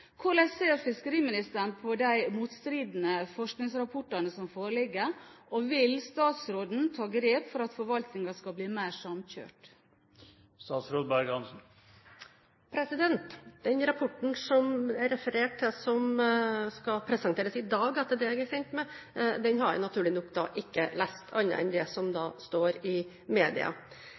Hvordan ser fiskeriministeren på de motstridende forskningsrapportene som foreligger, og vil statsråden ta grep for at forvaltningen skal bli mer samkjørt? Den rapporten som det er referert til, som skal presenteres i dag etter det jeg er kjent med, har jeg naturlig nok ikke lest – ikke annet enn det som står i media.